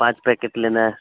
पाँच पैकेट लेना है